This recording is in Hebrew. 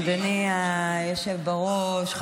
אדוני היושב-ראש,